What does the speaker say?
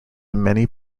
many